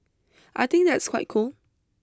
I think that's quite cool